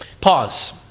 Pause